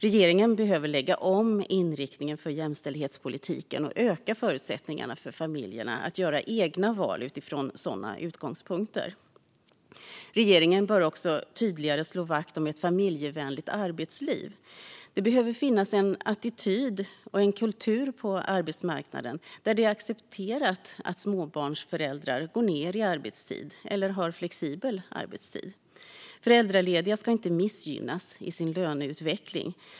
Regeringen bör lägga om inriktningen för jämställdhetspolitiken och öka förutsättningarna för familjerna att göra egna val utifrån sådana utgångspunkter. Regeringen bör också tydligare slå vakt om ett familjevänligt arbetsliv. Det behöver finnas en attityd och en kultur på arbetsmarknaden där det är accepterat att småbarnsföräldrar går ned i arbetstid eller har flexibel arbetstid. Föräldralediga ska inte missgynnas i sin löneutveckling.